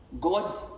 God